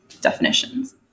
definitions